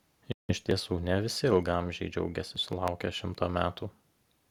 iš tiesų ne visi ilgaamžiai džiaugiasi sulaukę šimto metų